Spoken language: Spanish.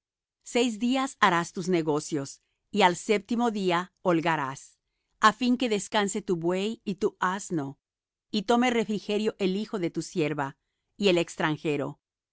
seis días harás tus negocios y al séptimo día holgarás á fin que descanse tu buey y tu asno y tome refrigerio el hijo de tu sierva y el extranjero